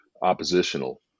oppositional